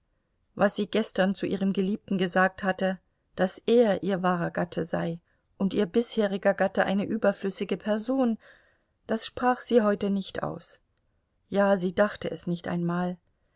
was sie gestern zu ihrem geliebten gesagt hatte daß er ihr wahrer gatte sei und ihr bisheriger gatte eine überflüssige person das sprach sie heute nicht aus ja sie dachte es nicht einmal